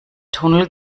tunnel